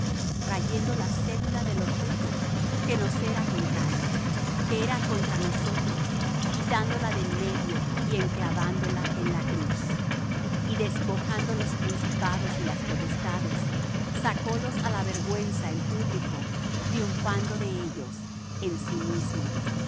rayendo la cédula de los ritos que nos era contraria que era contra nosotros quitándola de en medio y enclavándola en la cruz y despojando los principados y las potestades sacólos á la vergüenza en público triunfando de ellos en sí mismo